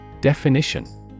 DEFINITION